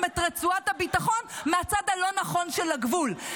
את רצועת הביטחון מהצד הלא-נכון של הגבול.